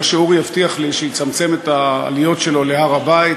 העיקר שאורי יבטיח לי שיצמצם את העליות שלו להר-הבית.